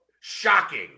Shocking